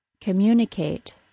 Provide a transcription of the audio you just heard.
communicate